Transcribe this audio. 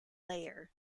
layer